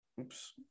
Oops